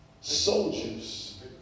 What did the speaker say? soldiers